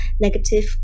negative